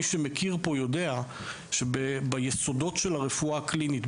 מי שמכיר פה יודע שביסודות של הרפואה הקלינית,